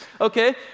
okay